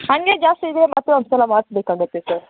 ಹಾಗೆ ಜಾಸ್ತಿ ಇದ್ದರೆ ಮತ್ತೆ ಒಂದುಸಲ ಮಾಡಿಸ್ಬೇಕಾಗತ್ತೆ ಸರ್